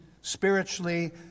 spiritually